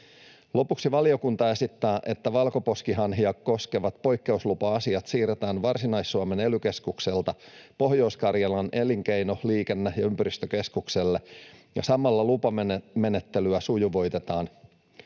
Lopuksi valiokunta esittää, että valkoposkihanhia koskevat poikkeuslupa-asiat siirretään Varsinais-Suomen ely-keskukselta Pohjois-Karjalan elinkeino‑, liikenne‑ ja ympäristökeskukselle ja samalla lupamenettelyä sujuvoitetaan.